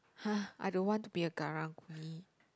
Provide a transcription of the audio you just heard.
!huh! I don't want to be a Karang-Guni